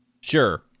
Sure